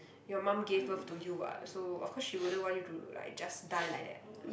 your mum gave birth to you [what] so of course she wouldn't want you to like just die like that